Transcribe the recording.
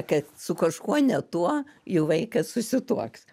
kad su kažkuo ne tuo jų vaikas susituoks